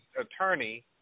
attorney